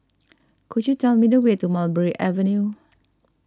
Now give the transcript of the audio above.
could you tell me the way to Mulberry Avenue